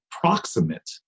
proximate